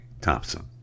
thompson